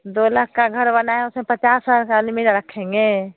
दो लाख का घर बनाया है उसमें पचास हज़ार का अलमीरा रखेंगे